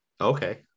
Okay